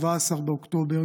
17 באוקטובר,